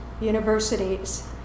universities